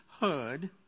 heard